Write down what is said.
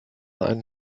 einen